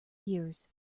years